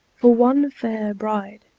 for one fair bride,